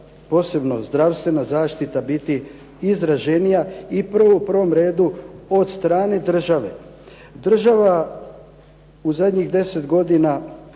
posebno zdravstvena zaštita biti izraženija i prvo u prvom redu od strane države. Država u zadnjih 10 godina